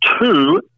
two